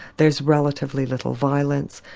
there's relatively little violence,